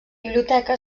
biblioteca